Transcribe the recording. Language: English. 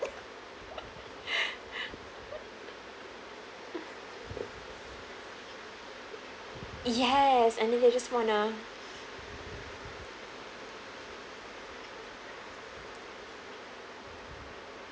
yes and then they just wanna